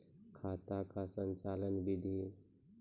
खाता का संचालन बिधि?